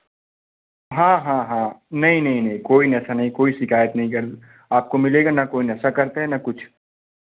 हाँ हाँ हां नहीं नहीं नहीं कोइ नशा नहीं कोई शिकायत सर आपको मिलेगा न कोइ नशा करते हैं न कुछ